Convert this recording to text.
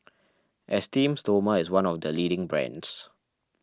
Esteem Stoma is one of the leading brands